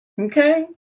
okay